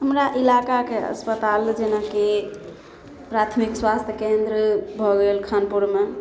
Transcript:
हमरा इलाकाके अस्पताल जेनाकि प्राथमिक स्वास्थय केन्द्र भऽ गेल खानपुरमे